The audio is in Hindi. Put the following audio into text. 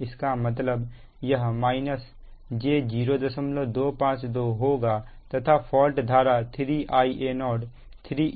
इसका मतलब यह j0252 होगा तथा फॉल्ट धारा 3 Ia0 3